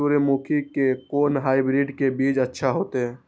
सूर्यमुखी के कोन हाइब्रिड के बीज अच्छा होते?